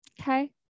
okay